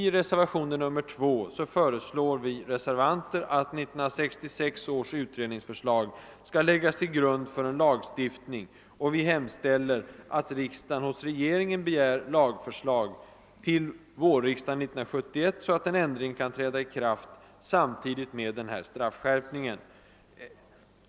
I reservation II föreslår vi att 1966 års utredningsförslag skall läggas till grund för en lagstiftning, och vi hemställer att riksdagen hos regeringen begär lagförslag till vårriksdagen, så att en ändring kan träda i kraft samtidigt med straffskärpningen.